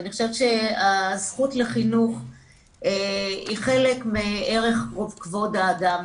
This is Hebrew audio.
ואני חושבת שהזכות לחינוך היא חלק מערך כבוד האדם,